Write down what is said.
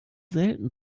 selten